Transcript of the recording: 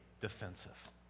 defensive